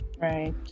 Right